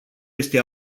este